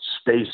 space